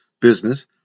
business